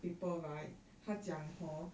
paper right 它讲 hor